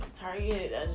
target